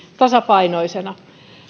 tasapainoisena